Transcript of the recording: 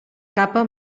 capa